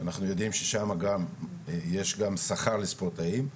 שאנחנו יודעים ששם יש שכר לספורטאים.